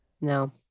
No